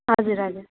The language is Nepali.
हजुर हजुर